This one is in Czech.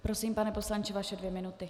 Prosím, pane poslanče, vaše dvě minuty.